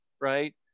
right